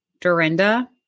dorinda